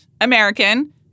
American